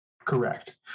Correct